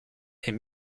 est